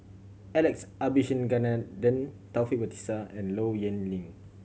Alex Abisheganaden Taufik Batisah and Low Yen Ling